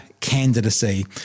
candidacy